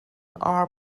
are